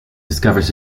discovers